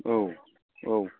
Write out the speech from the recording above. औ औ